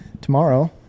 tomorrow